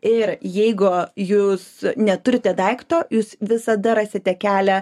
ir jeigu jūs neturite daikto jūs visada rasite kelią